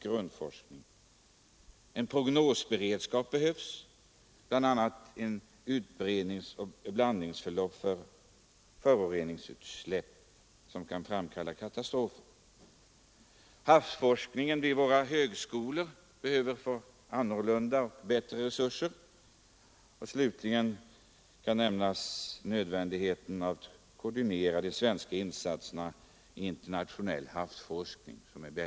Det erfordras vidare en prognosberedskap bl.a. i fråga om utbredningsoch blandningsförlopp när det gäller föroreningsutsläpp som kan framkalla katastrofer. Havsforskningen vid våra högskolor behöver andra och bättre resurser. Slutligen kan man nämna nödvändigheten av en koordinering av de svenska insatserna med internationell havsforskning.